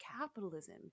capitalism